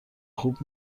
خوب